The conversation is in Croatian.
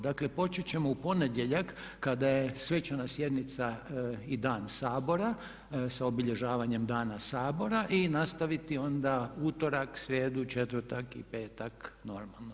Dakle počet ćemo u ponedjeljak kada je svečana sjednica i Dan Sabora sa obilježavanjem Dana Sabor i nastaviti onda utorak, srijedu, četvrtak i petak normalno.